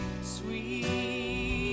sweet